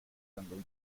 jungle